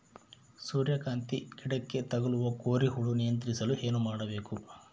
ಸೂರ್ಯಕಾಂತಿ ಗಿಡಕ್ಕೆ ತಗುಲುವ ಕೋರಿ ಹುಳು ನಿಯಂತ್ರಿಸಲು ಏನು ಮಾಡಬೇಕು?